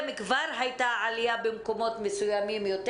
כבר הייתה עלייה במקומות מסוימים יותר.